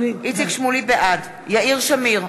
בעד יאיר שמיר,